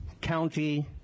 County